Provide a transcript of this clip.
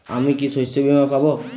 আমি কি শষ্যবীমা পাব?